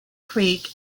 creek